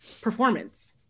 performance